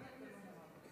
נתקבלה.